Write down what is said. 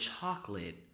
chocolate